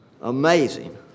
Amazing